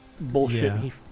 Bullshit